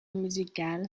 musical